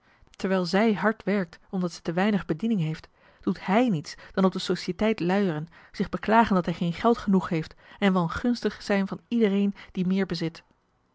terwijl zij hard werkt omdat zij te weinig bediening heeft doet hij niets dan op de societeit luieren zich beklagen dat hij geen geld genoeg heeft en wangunstig zijn van iedereen die meer bezit